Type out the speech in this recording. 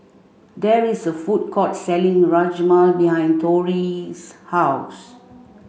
there is a food court selling Rajma behind Torie's house